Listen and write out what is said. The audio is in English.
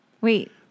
Wait